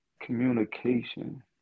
communication